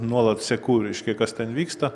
nuolat seku reiškia kas ten vyksta